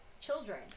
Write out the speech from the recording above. children